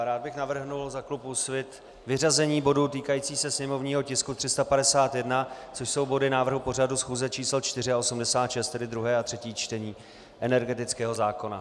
Rád bych navrhl za klub Úsvit vyřazení bodu týkajícího se sněmovního tisku 351, což jsou body návrhu pořadu schůze č. 4 a 86, tedy druhé a třetí čtení energetického zákona.